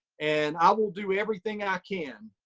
and i will do everything i can,